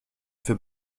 für